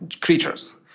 creatures